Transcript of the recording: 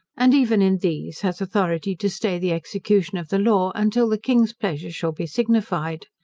and even in these, has authority to stay the execution of the law, until the king's pleasure shall be signified.